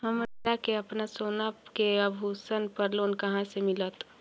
हमरा के अपना सोना के आभूषण पर लोन कहाँ से मिलत?